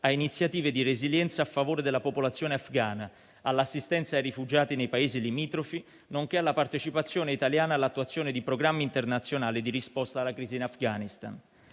a iniziative di resilienza a favore della popolazione afghana, all'assistenza ai rifugiati nei Paesi limitrofi, nonché alla partecipazione italiana all'attuazione di programmi internazionali di risposta alla crisi in Afghanistan.